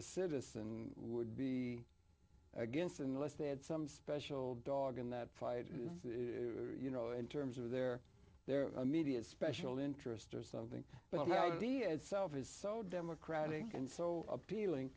citizen would be against unless they had some special dog in that fight you know in terms of their their immediate special interest or something but no idea itself is so democratic and so appealing